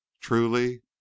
truly